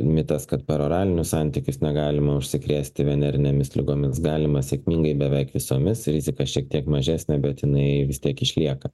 mitas kad per oralinius santykius negalima užsikrėsti venerinėmis ligomis galima sėkmingai beveik visomis rizika šiek tiek mažesnė bet jinai vis tiek išlieka